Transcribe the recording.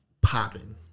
popping